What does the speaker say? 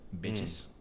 Bitches